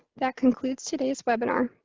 that concludes today's webinar.